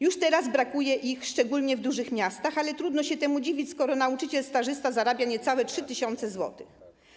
Już teraz brakuje ich szczególnie w dużych miastach, ale trudno się temu dziwić, skoro nauczyciel stażysta zarabia niecałe 3 tys. zł.